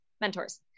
mentors